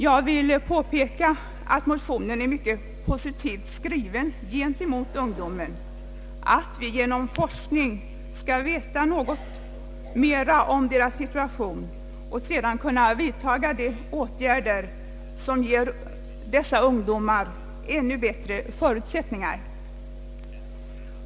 Jag vill påpeka att motionen är mycket positivt skriven gentemot de unga: att vi genom forskning skall få veta mer om deras situation för att sedan kunna vidta åtgärder som ger ungdomarna ännu bättre förutsättningar.